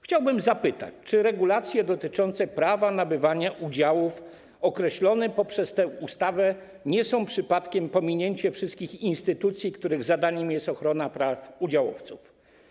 Chciałbym zapytać, czy regulacje dotyczące prawa nabywania udziałów określone poprzez tę ustawę nie są przypadkiem pominięciem wszystkich instytucji, których zadaniem jest ochrona praw udziałowców?